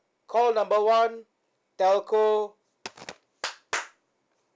call number one telco